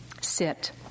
sit